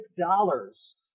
dollars